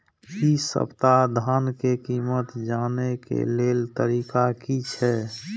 इ सप्ताह धान के कीमत जाने के लेल तरीका की छे?